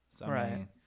Right